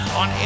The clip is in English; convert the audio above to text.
on